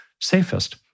safest